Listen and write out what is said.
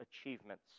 achievements